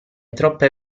troppe